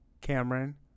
Cameron